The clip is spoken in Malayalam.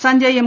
സഞ്ജയ് എം